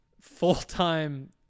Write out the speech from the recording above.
full-time